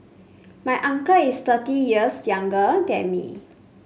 my uncle is thirty years younger than me